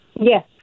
Yes